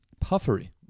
Puffery